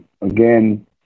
Again